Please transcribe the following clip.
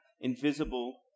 invisible